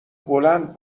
بلند